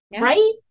right